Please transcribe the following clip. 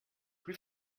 plus